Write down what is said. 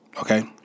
Okay